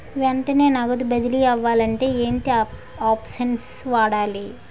వెంటనే నగదు బదిలీ అవ్వాలంటే ఏంటి ఆప్షన్ వాడాలి?